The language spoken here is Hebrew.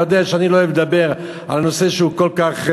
אתה יודע שאני לא אוהב לדבר על נושא שהוא כל כך,